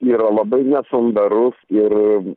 yra labai nesandarus ir